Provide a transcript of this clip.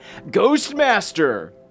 Ghostmaster